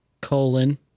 colon